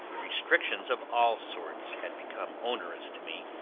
restrictions of all sorts had become onerous to me,